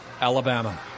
Alabama